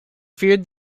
feared